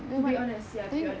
to be honest ya to be honest